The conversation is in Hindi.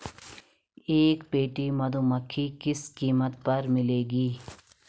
एक पेटी मधुमक्खी किस कीमत पर मिलेगी?